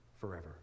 forever